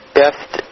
best